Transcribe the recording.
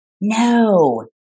No